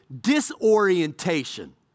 disorientation